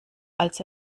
als